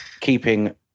keeping